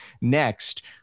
next